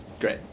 great